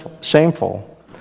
shameful